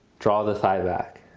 draw the thigh back.